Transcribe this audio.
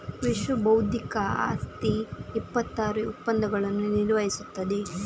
ವಿಶ್ವಬೌದ್ಧಿಕ ಆಸ್ತಿ ಇಪ್ಪತ್ತಾರು ಒಪ್ಪಂದಗಳನ್ನು ನಿರ್ವಹಿಸುತ್ತದೆ